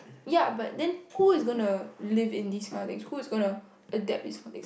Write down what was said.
ya but then who is going to live in these kind of things who is going to adapt these kind of things